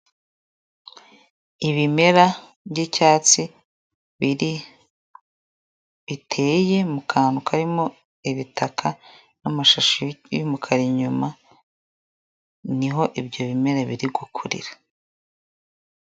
Ibimera by'icyatsi biri biteye mu kantu karimo ibitaka n'amashashi y'umukara inyuma niho ibyo bimera biri gu kurira.